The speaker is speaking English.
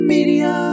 Media